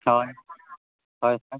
ᱦᱚᱭ ᱦᱚᱭ